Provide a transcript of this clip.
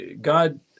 God